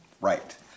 Right